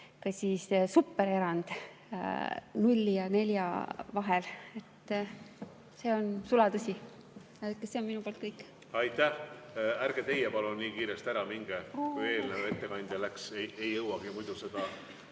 ka supererand 0% ja 4% vahel. See on sulatõsi. See on minu poolt kõik. Aitäh! Ärge teie palun nii kiiresti ära minge, kui eelmine ettekandja läks, ei jõua muidu istungi